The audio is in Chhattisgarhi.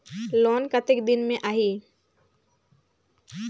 लोन कतेक दिन मे आही?